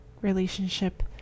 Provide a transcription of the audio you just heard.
relationship